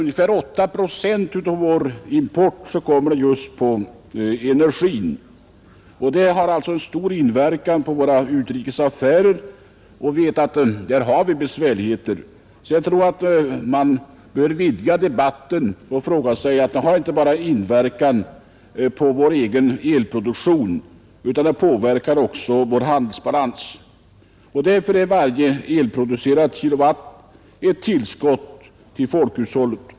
Ungefär 8 procent av vår import utgörs av råvaror för energiproduktionen. Den har alltså stor inverkan på våra utrikesaffärer, beträffande vilka vi vet att det råder besvärligheter. Jag tror att man därför bör vidga debatten. En utbyggnad påverkar inte bara vår egen elproduktion utan även vår handelsbalans. Därför är varje vattenkraftsproducerad kW ett tillskott till folkhushållet.